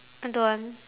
I don't want